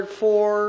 four